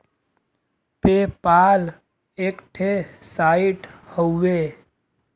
पे पाल एक ठे साइट हउवे